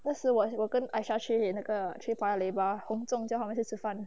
那时我我跟 aisah 去那个去 paya-lebar hong zhong 叫他们去吃饭